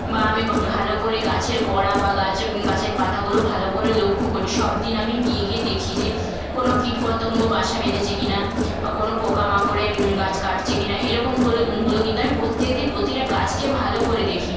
বা আমি ভালো করে গাছের গোড়া বা গাছ গাছের পাতাগুলো ভালো করে লক্ষ্য করি সব দিন আমি গিয়ে গিয়ে দেখি যে কোনও কীটপতঙ্গ বাসা বেঁধেছে কি না বা কোনও পোকামাকড়ে গাছ কাটছে কি না এরকম করে কিন্তু আমি প্রত্যেক দিন প্রতিটা গাছকে ভালো করে দেখি